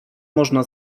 można